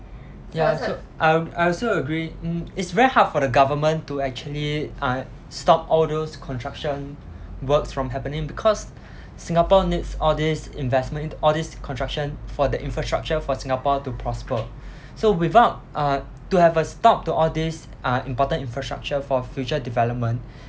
ya so I I also agree mm it's very hard for the government to actually uh stop all those construction works from happening because singapore needs all this investment all this construction for the infrastructure for singapore to prosper so without uh to have a stop to all this uh important infrastructure for future development